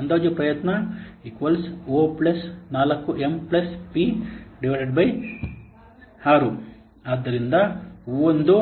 ಅಂದಾಜು ಪ್ರಯತ್ನ ಓ 4ಎಂ P 6 Estimated effort O 4M P 6 ಆದ್ದರಿಂದ ಒಂದು